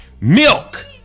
Milk